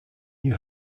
new